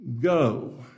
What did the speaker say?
go